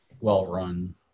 well-run